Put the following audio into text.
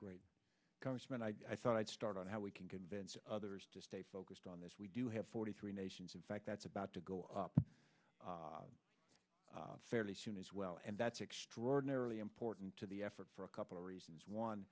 great congressman i thought i'd start on how we can convince others to stay focused on this we do have forty three nations in fact that's about to go up fairly soon as well and that's extraordinarily important to the effort for a couple of reasons one